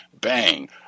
Bang